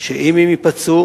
שאם הם ייפצעו